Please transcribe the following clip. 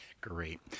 Great